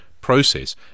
process